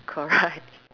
correct